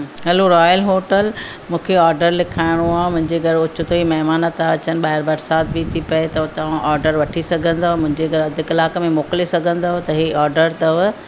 hello royal hotel मूंखे order लिखाइणो आहे मुंहिंजे घर ओचितई महिमान था अचनि ॿाहिरि बरसाति बि थी पए त हुतां ऑडर वठी सघंदव मुंहिंजे घरु अधु कलाक में मोकिले सघंदव त इहे ऑडर अथव